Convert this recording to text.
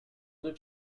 deux